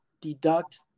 deduct